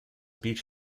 beach